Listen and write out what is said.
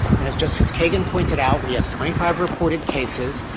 and as justice kagan pointed out, we have twenty five reported cases.